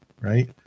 Right